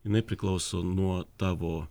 jinai priklauso nuo tavo